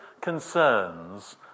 concerns